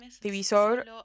Divisor